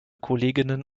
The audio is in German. kolleginnen